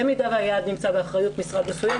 במידה והיעד נמצא באחריות משרד מסוים,